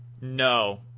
No